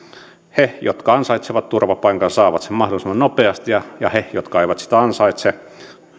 he jotka ansaitsevat turvapaikan saavat sen mahdollisimman nopeasti ja ja he jotka eivät sitä ansaitse